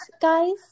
guys